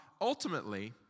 ultimately